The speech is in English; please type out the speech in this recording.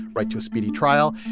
right to a speedy trial,